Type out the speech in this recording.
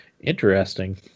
Interesting